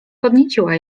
podnieciła